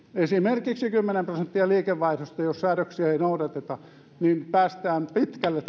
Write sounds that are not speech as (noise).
esimerkiksi kymmenen prosenttia liikevaihdosta jos säädöksiä ei noudateta niin päästään pitkälle (unintelligible)